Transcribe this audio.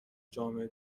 جامعه